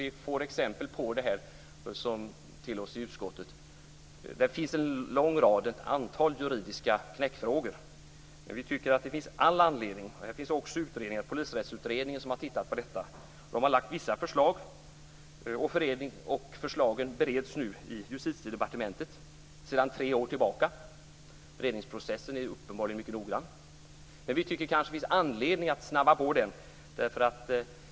Vi möter exempel på det i utskottet. Det finns en lång rad juridiska knäckfrågor. Polisrättsutredningen har tittat på detta och lagt fram vissa förslag. Förslagen bereds nu i Justitiedepartementet sedan tre år tillbaka. Beredningsprocessen är uppenbarligen mycket noggrann, men vi tycker att det finns anledning att snabba på den.